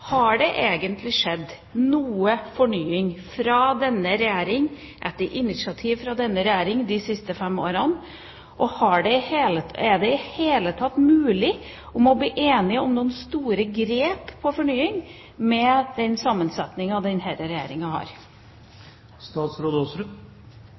Har det egentlig skjedd noe fornying fra denne regjering, etter initiativ fra denne regjering de siste fem årene – og er det i det hele tatt mulig å bli enige om noen store grep når det gjelder fornying, med den sammensetningen som denne regjeringa